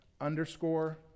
underscore